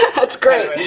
that's great.